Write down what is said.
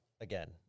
again